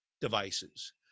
devices